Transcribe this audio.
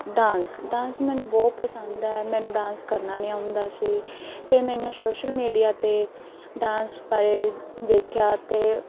dance dance ਮੈਨੂੰ ਬਹੁਤ ਪਸੰਦ ਹੈ ਮੈਨੂੰ ਡਾਂਸ ਕਰਨਾ ਨਹੀਂ ਆਉਂਦਾ ਸੀ ਅਤੇ ਮੈਨੂੰ ਸੋਸ਼ਲ ਮੀਡੀਆ 'ਤੇ ਡਾਂਸ ਬਾਰੇ ਵੇਖਿਆ ਅਤੇ